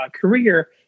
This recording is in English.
career